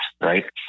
Right